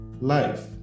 life